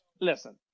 listen